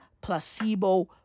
placebo